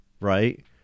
right